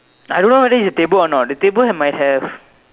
I don't know whether is the table a not the table have might have